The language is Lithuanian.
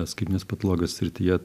skaitmeninės patologijos srityje